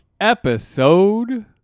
Episode